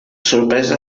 sorpresa